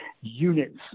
units